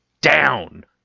down